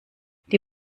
die